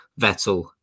Vettel